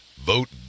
vote